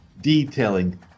Detailing